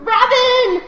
Robin